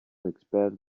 experts